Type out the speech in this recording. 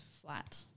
flat